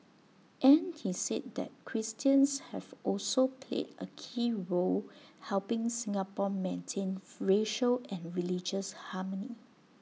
and he said that Christians have also played A key role helping Singapore maintain racial and religious harmony